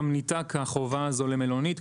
נותקה החובה הזאת למלונית,